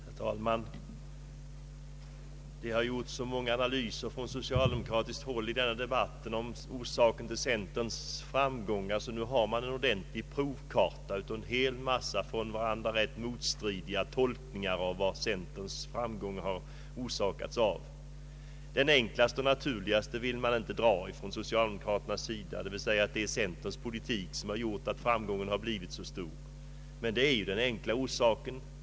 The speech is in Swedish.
Herr talman! Det har i denna debatt gjorts så många analyser från socialdemokratiskt håll om orsakerna till centerns framgång att man nu har en ordentlig provkarta på en hel mängd varandra rätt motstridande tolkningar. Den enkiaste och naturligaste slutsatsen vill man från socialdemokraternas sida inte dra, nämligen att det är centerns politik som gjort att framgången blivit så stor. Men det är den enkla orsaken.